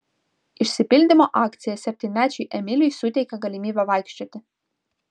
išsipildymo akcija septynmečiui emiliui suteikė galimybę vaikščioti